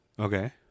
Okay